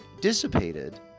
dissipated